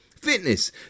Fitness